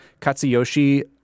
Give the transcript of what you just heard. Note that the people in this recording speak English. Katsuyoshi